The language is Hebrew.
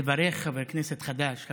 לברך חבר כנסת חדש.